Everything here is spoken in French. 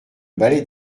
ballet